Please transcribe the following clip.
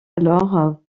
alors